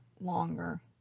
longer